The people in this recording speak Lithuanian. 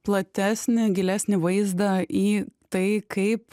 platesnį gilesnį vaizdą į tai kaip